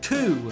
Two